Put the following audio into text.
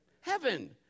heaven